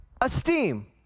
esteem